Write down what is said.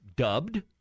Dubbed